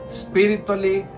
spiritually